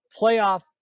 Playoff